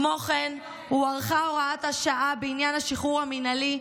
כמו כן הוארכה הוראת השעה בעניין השחרור המינהלי,